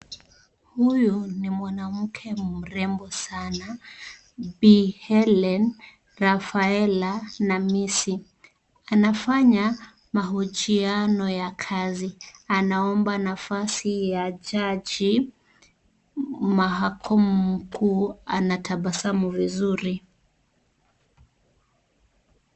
Huyu ni mwanamke mrembo sana, Birmingham Hellen Raphaela na Khamisi. Anafanya mahojiano ya kazi. Anaomba nafasi ya jaji. Mahakamu mkuu anatabasamu vizuri.